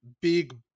big